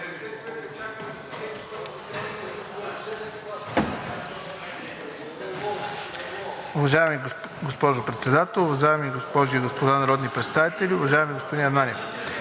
Уважаема госпожо Председател, уважаеми госпожи и господа народни представители! Уважаеми господин Маринов,